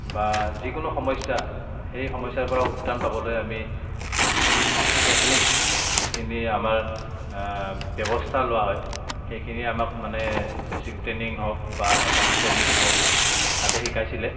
বা যিকোনো সমস্যা সেই সমস্যাৰ পৰা উত্ৰাণ পাবলৈ আমি যিখিনি টেকনিক যিখিনি আমাৰ ব্যৱস্থা লোৱা হয় সেইখিনি আমাক মানে বেছিক ট্ৰেইনিং হওক বা এডভান্স ট্ৰেইনিং হওক তাতে শিকাইছিলে